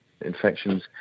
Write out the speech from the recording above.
infections